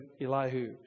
Elihu